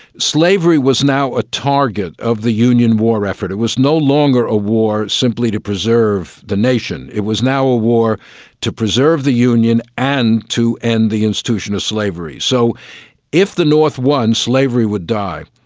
slavery was now a target of the union war effort, it was no longer a war simply to preserve the nation, it was now a war to preserve the union and to end the institution of slavery. so if the north one, slavery would die.